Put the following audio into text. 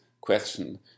question